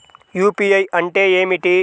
UPI అంటే ఏమిటీ?